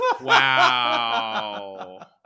Wow